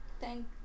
Thank